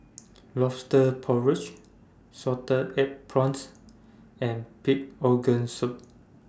Lobster Porridge Salted Egg Prawns and Pig Organ Soup